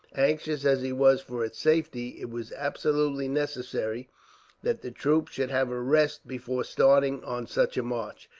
anxious as he was for its safety, it was absolutely necessary that the troops should have a rest before starting on such a march.